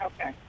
Okay